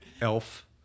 Elf